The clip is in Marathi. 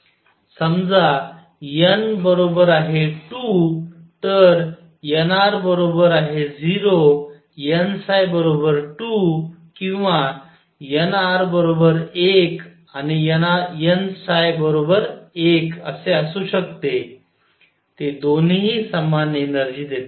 समजा n बरोबर आहे 2 तर nr 0 n 2 किंवा nr 1 आणि n 1 असे असू शकते ते दोन्ही समान एनर्जी देतात